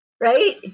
Right